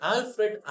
Alfred